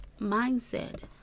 mindset